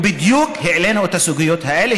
ובדיוק העלינו את הסוגיות האלה,